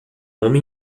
homem